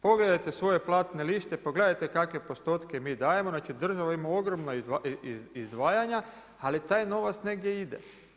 Pogledajte svoje platne liste, pa gledajte kakve postotke mi dajemo, znači država ima ogromna izdvajanja, ali taj novac negdje ide.